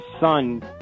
son